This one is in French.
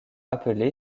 appelé